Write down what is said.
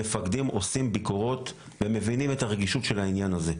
המפקדים עושים ביקורות ומבינים את הרגישות של העניין הזה.